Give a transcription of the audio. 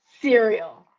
cereal